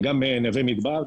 וגם נווה מדבר,